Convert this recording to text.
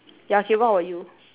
ya K what about you